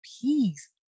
peace